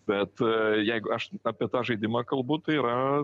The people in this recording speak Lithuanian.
bet jeigu aš apie tą žaidimą kalbu tai yra